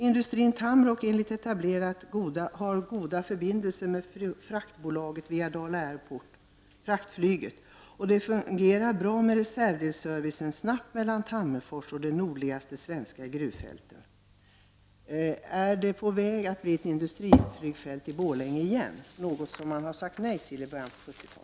Industrin Tamrock har goda förbindelser med fraktflyget via Dala Airport, och reservdelsservicen fungerar på ett bra sätt mellan Tammerfors och de nordligaste gruvfälten. Planeras åter ett industriflygfält i Borlänge, något som man sade nej till i början av 70-talet?